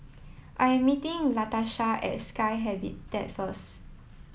I am meeting Latasha at Sky first